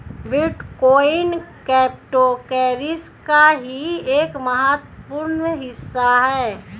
bitcoin cryptocurrency का ही एक महत्वपूर्ण हिस्सा है